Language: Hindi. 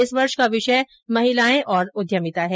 इस वर्ष का विषय महिलाएं और उद्यमिता है